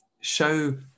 show